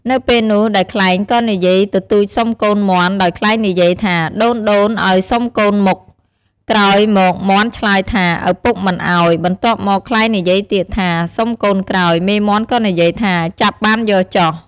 នៅពេលនោះដែលខ្លែងក៏និយាយទទូចសុំកូនមាន់ដោយខ្លែងនិយាយថាដូនៗឱ្យសុំកូនមុខ ក្រោយមកមាន់ឆ្លើយថាឪពុកមិនឱ្យ បន្ទាប់មកខ្លែងនិយាយទៀតថាសុំកូនក្រោយ មេមាន់ក៏និយាយថា ចាប់បានយកចុះ។